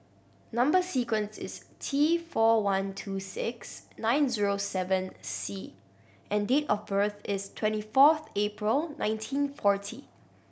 number sequence is T four one two six nine zero seven C and date of birth is twenty fourth April nineteen forty